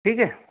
ठीक है